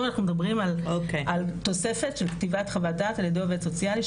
פה אנחנו מדברים על תוספת של כתיבת חוות דעת על ידי עובד סוציאלי,